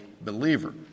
believer